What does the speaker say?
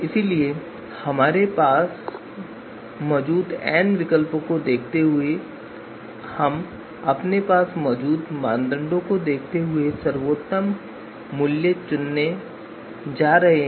इसलिए हमारे पास मौजूद n विकल्पों को देखते हुए हम अपने पास मौजूद मानदंडों को देखते हुए सर्वोत्तम मूल्य चुनने जा रहे हैं